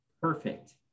perfect